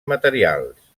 materials